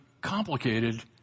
complicated